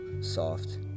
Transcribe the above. soft